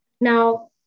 Now